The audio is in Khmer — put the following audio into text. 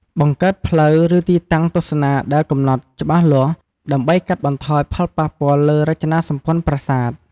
បង្កើតផ្លូវ ឬទីតាំងទស្សនាដែលកំណត់ច្បាស់លាស់ ដើម្បីកាត់បន្ថយផលប៉ះពាល់លើរចនាសម្ព័ន្ធប្រាសាទ។